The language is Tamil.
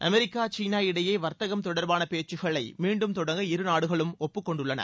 அமெரிக்கா சீனா இடையே வர்த்தகம் தொடர்பான பேச்சுக்களை மீண்டும் தொடங்க இரு நாடுகளும் ஒப்புக் கொண்டுள்ளன